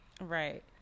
right